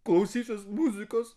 klausysiuos muzikos